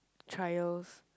trials